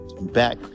back